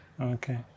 Okay